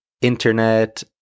internet